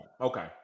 Okay